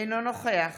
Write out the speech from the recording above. אינו נוכח